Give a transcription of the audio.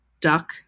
duck